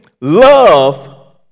love